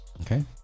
Okay